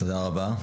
תודה רבה.